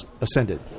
ascended